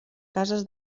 cases